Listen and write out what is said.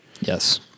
Yes